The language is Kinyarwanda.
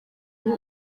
ubu